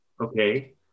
Okay